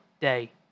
day